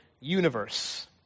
universe